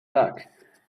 luck